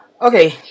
Okay